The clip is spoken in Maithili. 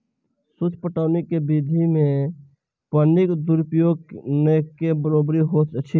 सूक्ष्म पटौनी विधि मे पानिक दुरूपयोग नै के बरोबरि होइत अछि